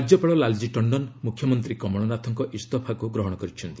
ରାଜ୍ୟପାଳ ଲାଲଜି ଟଣ୍ଡନ ମୁଖ୍ୟମନ୍ତ୍ରୀ କମଳନାଥଙ୍କ ଇସ୍ତଫାକୁ ଗ୍ରହଣ କରିଛନ୍ତି